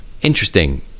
Interesting